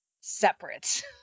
separate